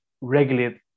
regulate